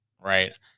Right